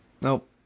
nope